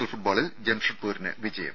L ഫുട്ബോളിൽ ജംഷഡ്പൂരിന് വിജയം